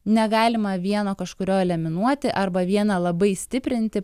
negalima vieno kažkurio eliminuoti arba vieną labai stiprinti